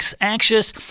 anxious